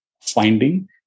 finding